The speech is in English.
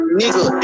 nigga